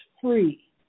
free